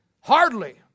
Hardly